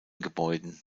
gebäuden